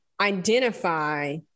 identify